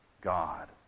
God